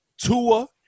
Tua